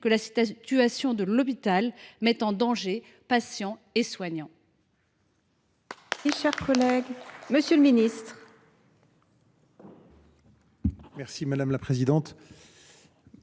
que la situation de l’hôpital met en danger patients et soignants